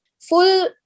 full